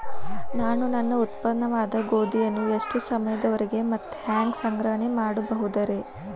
ನಾನು ನನ್ನ ಉತ್ಪನ್ನವಾದ ಗೋಧಿಯನ್ನ ಎಷ್ಟು ಸಮಯದವರೆಗೆ ಮತ್ತ ಹ್ಯಾಂಗ ಸಂಗ್ರಹಣೆ ಮಾಡಬಹುದುರೇ?